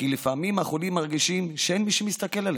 שלפעמים החולים מרגישים שאין מי שמסתכל עליהם.